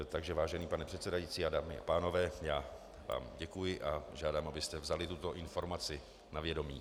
Takže vážený pane předsedající, dámy a pánové, já vám děkuji a žádám, abyste vzali tuto informaci na vědomí.